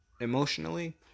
emotionally